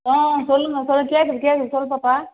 ஆ சொல்லும்மா சொல் கேட்குது கேட்குது சொல் பாப்பா